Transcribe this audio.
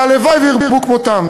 והלוואי שירבו כמותם.